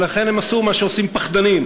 ולכן הם עשו מה שעושים פחדנים,